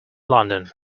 london